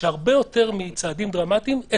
שהרבה יותר מצעדים דרמטיים,